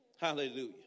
Hallelujah